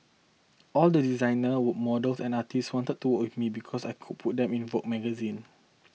all the designer would models and artists wanted to work with me because I could put them in Vogue magazine